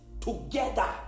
together